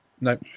No